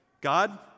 God